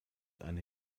eine